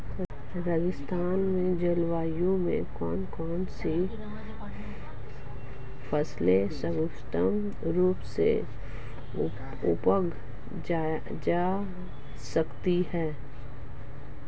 राजस्थान की जलवायु में कौन कौनसी फसलें सर्वोत्तम रूप से उगाई जा सकती हैं?